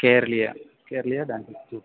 കേരളീയ കേരളീയ dance institute